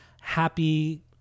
happy